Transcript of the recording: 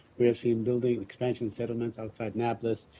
we have seen building expansion settlements outside nablus.